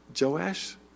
Joash